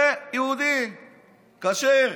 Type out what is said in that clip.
זה יהודי כשר.